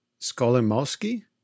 Skolimowski